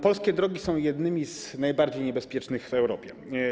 Polskie drogi są jednymi z najbardziej niebezpiecznych w Europie.